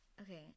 Okay